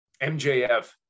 MJF